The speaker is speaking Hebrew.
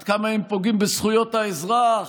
עד כמה הם פוגעים בזכויות האזרח,